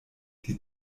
die